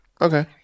Okay